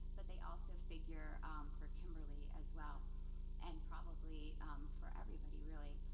but they also figure for kimberly as well and probably for everybody, really.